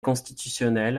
constitutionnel